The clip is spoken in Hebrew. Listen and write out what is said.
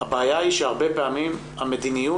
שהבעיה היא שהרבה פעמים המדיניות